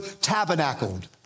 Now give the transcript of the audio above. tabernacled